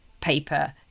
paper